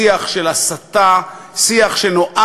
שיח של הסתה,